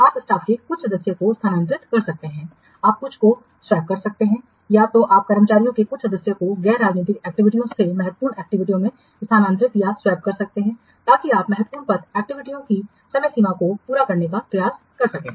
आप स्टाफ के कुछ सदस्यों को स्थानांतरित कर सकते हैं आप कुछ को स्वैप कर सकते हैं या तो आप कर्मचारियों के कुछ सदस्यों को गैर राजनीतिक एक्टिविटीयों से महत्वपूर्ण एक्टिविटीयों में स्थानांतरित या स्वैप कर सकते हैं ताकि आप महत्वपूर्ण पथ एक्टिविटीयों की समय सीमा को पूरा करने का प्रयास कर सकें